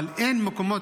אבל אין הרבה מקומות,